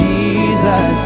Jesus